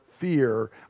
fear